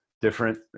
different